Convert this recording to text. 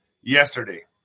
yesterday